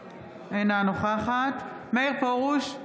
אינה נוכחת מאיר פרוש,